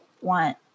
want